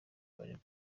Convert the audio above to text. baregwa